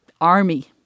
army